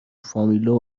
فامیلها